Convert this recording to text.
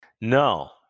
No